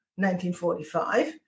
1945